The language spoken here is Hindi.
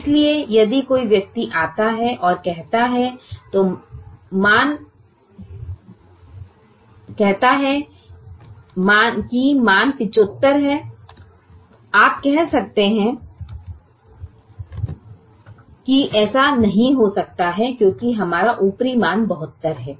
इसलिए यदि कोई व्यक्ति आता है और कहता है तो मान 75 है आप कह सकते हैं कि ऐसा नहीं हो सकता क्योंकि हमारा ऊपरी अनुमान 72 है